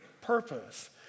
purpose